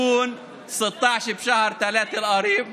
אז אני רוצה לצטט כמה מהמשפטים של אחד מהמנהיגים